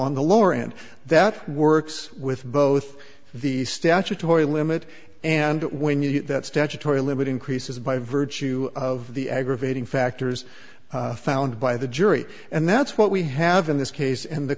on the lower end that works with both the statutory limit and when you get that statutory limit increases by virtue of the aggravating factors found by the jury and that's what we have in this case and the